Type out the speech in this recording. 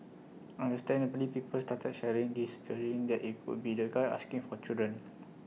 understandably people started sharing this fearing that IT could be the guy asking for children